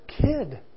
kid